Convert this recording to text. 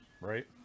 right